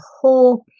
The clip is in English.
whole